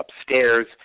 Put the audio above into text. upstairs